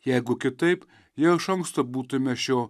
jeigu kitaip jau iš anksto būtume šio